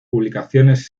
publicaciones